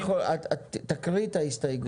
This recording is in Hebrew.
תקריאי את ההסתייגות.